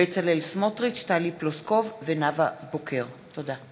בצלאל סמוטריץ, טלי פלוסקוב ונאוה בוקר בנושא: